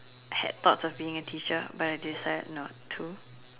had thoughts of being a teacher but I decided not to